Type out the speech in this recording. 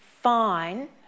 fine